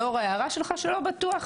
לאור ההערה שלך שלא בטוח.